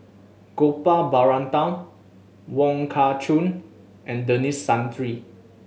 Gopal Baratham Wong Kah Chun and Denis Santry